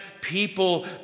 people